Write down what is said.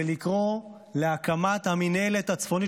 ולקרוא להקמת המינהלת הצפונית,